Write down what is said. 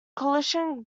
coalition